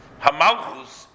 Hamalchus